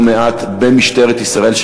לא מעט במשטרת ישראל,